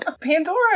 Pandora